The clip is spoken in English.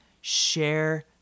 Share